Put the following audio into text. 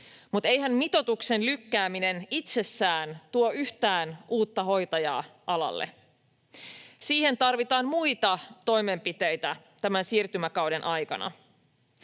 mutta eihän mitoituksen lykkääminen itsessään tuo yhtään uutta hoitajaa alalle. Siihen tarvitaan muita toimenpiteitä tämän siirtymäkauden aikana.